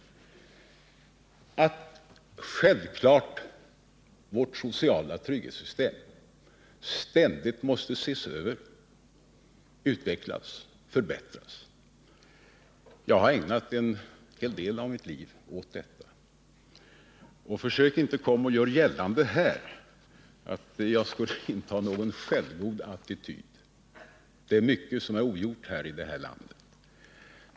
Det är självklart att vårt sociala trygghetssystem ständigt måste ses över, utvecklas och förbättras. Jag har ägnat en hel del av mitt liv åt detta. Och försök inte göra gällande här att jag skulle inta någon självgod attityd! Det är mycket som är ogjort i det här landet.